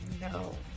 no